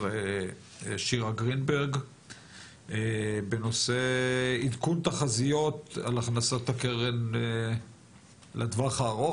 שירה גרינברג בנושא עדכון תחזיות על הכנסות הקרן לטווח הארוך,